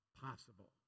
possible